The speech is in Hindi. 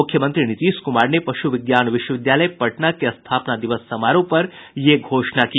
मुख्यमंत्री नीतीश कुमार ने पशु विज्ञान विश्वविद्यालय पटना के स्थापना दिवस समारोह पर यह घोषणा की